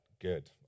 good